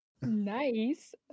Nice